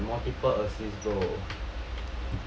I I had multiple assist bro